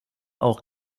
auch